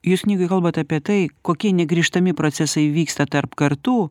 jūs knygoj kalbate apie tai kokie negrįžtami procesai vyksta tarp kartų